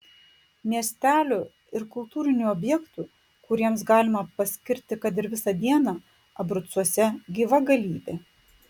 miestelių ir kultūrinių objektų kuriems galima paskirti kad ir visą dieną abrucuose gyva galybė